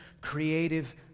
creative